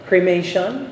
Cremation